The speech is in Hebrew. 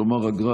כלומר אגרה